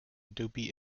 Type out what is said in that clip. adobe